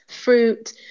fruit